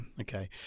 Okay